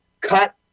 cut